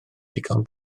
digon